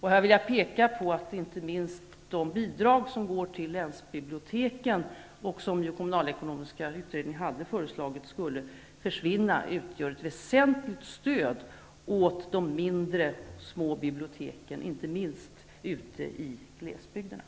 Här vill jag peka på att de bidrag som går till länsbiblioteken -- och som kommunalekonomiska utredningen hade föreslagit skulle försvinna -- utgör ett väsentligt stöd åt de små biblioteken, inte minst i glesbygderna.